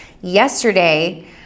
yesterday